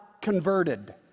converted